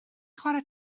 chwarae